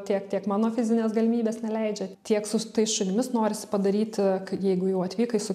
tiek tiek mano fizinės galimybės neleidžia tiek su tais šunimis norisi padaryti jeigu jau atvykai su